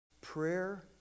Prayer